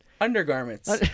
Undergarments